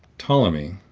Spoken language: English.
ptolemy,